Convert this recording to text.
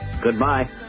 goodbye